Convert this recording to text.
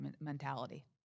mentality